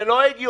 זה לא הגיוני,